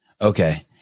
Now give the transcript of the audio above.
Okay